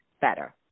better